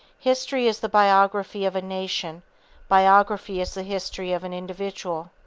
history is the biography of a nation biography is the history of an individual.